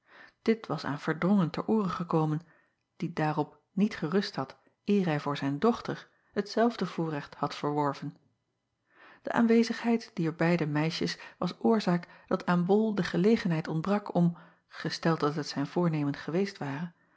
it was aan erdrongen ter oore gekomen die daarop niet gerust had eer hij voor zijn dochter hetzelfde voorrecht had verworven e aanwezigheid dier beide meisjes was oorzaak dat aan ol de gelegenheid ontbrak om gesteld dat het zijn voornemen geweest ware